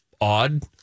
odd